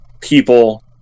people